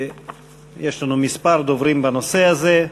יש לנו כמה דוברים בנושא הזה,